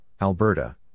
Alberta